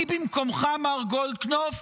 אני במקומך, מר גולדקנופ,